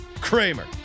Kramer